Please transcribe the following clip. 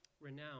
renowned